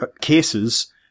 cases